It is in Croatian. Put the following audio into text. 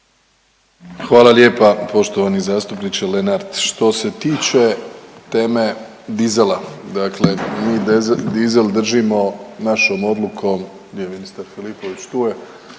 Hvala lijepa poštovani zastupniče Lenart. Što se tiče teme dizela, dakle mi dizel držimo našom odlukom, gdje je ministar Filipović, tu je,